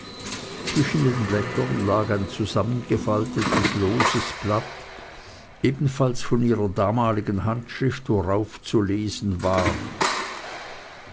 zwischen den blättern lag ein zusammengefaltetes loses blatt ebenfalls von ihrer damaligen erblichenen handschrift worauf zu lesen war